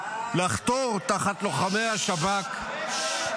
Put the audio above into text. לחתור תחת לוחמי השב"כ -- די.